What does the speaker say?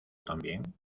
también